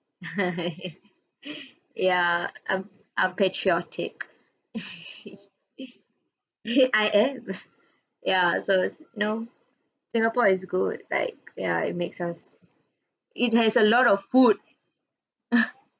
ya um I'm patriotic I am ya so it's you know singapore is good like ya it makes us it has a lot of food